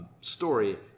story